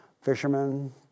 fishermen